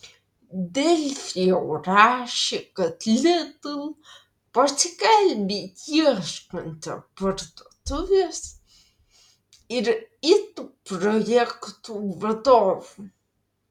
delfi jau rašė kad lidl paskelbė ieškanti parduotuvės ir it projektų vadovų